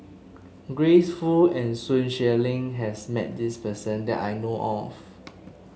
Grace Fu and Sun Xueling has met this person that I know of